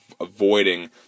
avoiding